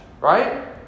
right